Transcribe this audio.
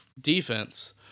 defense